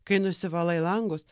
kai nusivalai langus